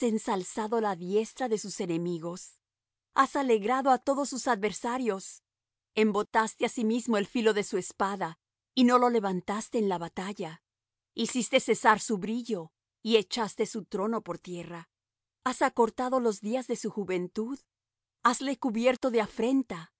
ensalzado la diestra de sus enemigos has alegrado á todos sus adversarios embotaste asimismo el filo de su espada y no lo levantaste en la batalla hiciste cesar su brillo y echaste su trono por tierra has acortado los días de su juventud hasle cubierto de afrenta